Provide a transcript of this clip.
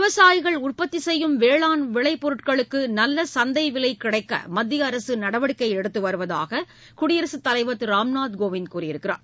விவசாயிகள் உற்பத்தி செய்யும் வேளாண் விளை பொருட்களுக்கு நல்ல சந்தை விலைக் கிடைக்க மத்திய அரசு நடவடிக்கை எடுத்து வருவதாக குடியரசு தலைவர் திரு ராம்நாத் கோவிந்த் கூறியிருக்கிறார்